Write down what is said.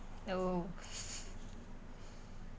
oh